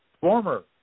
former